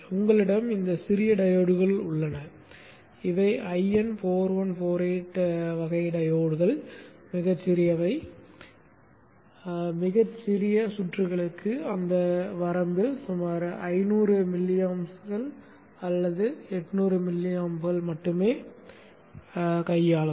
உங்களிடம் இந்த சிறிய டையோட்கள் உள்ளன இவை 1N4148 வகை டையோட்கள் மிகச் சிறியவை மிகச் சிறிய சுற்றுகளுக்கு அந்த வரம்பில் சுமார் 500 மில்லியம்ப்கள் அல்லது 800 மில்லிஆம்ப்களை மட்டுமே அவை கையாளும்